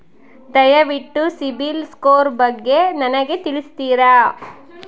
ದಯವಿಟ್ಟು ಸಿಬಿಲ್ ಸ್ಕೋರ್ ಬಗ್ಗೆ ನನಗೆ ತಿಳಿಸ್ತೀರಾ?